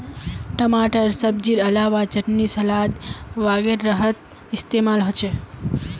टमाटर सब्जिर अलावा चटनी सलाद वगैरहत इस्तेमाल होचे